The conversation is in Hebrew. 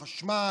החשמל,